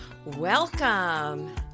Welcome